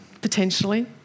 potentially